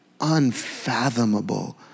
unfathomable